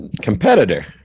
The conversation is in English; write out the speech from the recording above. competitor